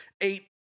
eight